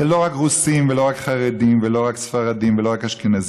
זה לא רק רוסים ולא רק חרדים ולא רק ספרדים ולא רק אשכנזים.